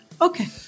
Okay